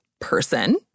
person